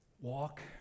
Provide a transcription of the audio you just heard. Walk